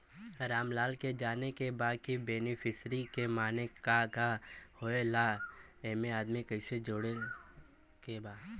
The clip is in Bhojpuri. रामलाल के जाने के बा की बेनिफिसरी के माने का का होए ला एमे आदमी कैसे जोड़े के बा?